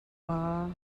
maw